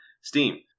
Steam